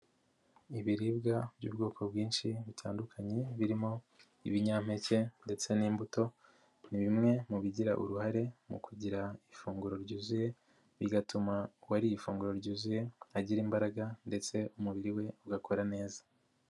Ibiribwa by'ubwoko bwinshi bitandukanye birimo ibinyampeke ndetse n'imbuto ni bimwe mu bigira uruhare mu kugira ifunguro ryuzuye, bigatuma uwariye ifunguro ryuzuye agira imbaraga ndetse umubiri we ugakora neza.